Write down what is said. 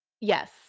yes